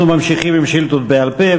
אנחנו ממשיכים בשאילתות בעל-פה.